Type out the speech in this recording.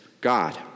God